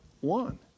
one